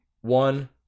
one